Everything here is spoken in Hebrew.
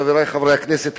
חברי חברי הכנסת,